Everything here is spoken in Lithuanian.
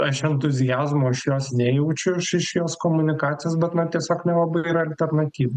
aš entuziazmo iš jos nejaučiu aš iš jos komunikacijos bet na tiesiog nelabai yra alternatyvų